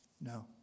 no